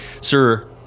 Sir